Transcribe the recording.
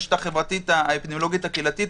"הרשת החברתית האפידמיולוגית הקהילתית"